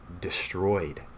destroyed